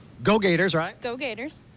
go gators, right. go gators.